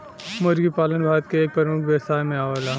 मुर्गी पालन भारत के एक प्रमुख व्यवसाय में आवेला